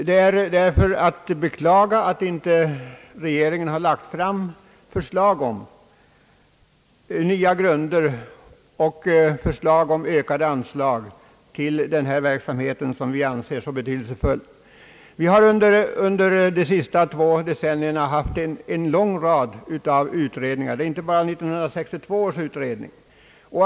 Det är därför att beklaga att inte regeringen till årets riksdag har lagt fram förslag om nya grunder och ökade anslag till denna verksamhet, som vi anser vara så betydelsefull. Vi har under de senaste två decennierna haft en lång rad av utredningar. Det är inte bara 1962 års utredning.